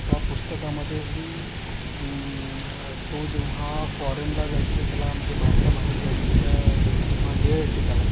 त्या पुस्तकामधेही तो जेव्हा फॉरेनला जायचे त्याला म्हणजे भारताबाहेर जायची त्या जेव्हा वेळ येते त्याला